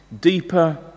deeper